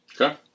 Okay